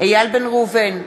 איל בן ראובן,